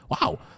wow